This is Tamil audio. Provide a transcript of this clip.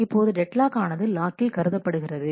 இப்பொழுது டெட் லாக் ஆனது லாக்கில் கருதப்படுகிறது